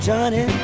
Johnny